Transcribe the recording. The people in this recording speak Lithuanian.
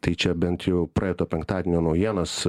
tai čia bent jau praeito penktadienio naujienas